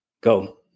Go